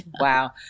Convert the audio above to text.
Wow